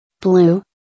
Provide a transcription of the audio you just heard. Blue